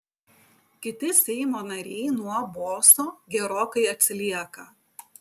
kiti seimo nariai nuo boso gerokai atsilieka